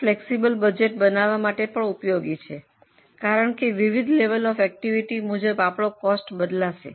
આ flexible budget બનાવવા માટે પણ ઉપયોગી છે કારણ કે વિવિધ લેવલ ઑફ એકટીવીટી મુજબ આપણો કોસ્ટ બદલાશે